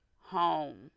home